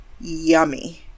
yummy